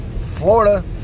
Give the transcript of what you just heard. Florida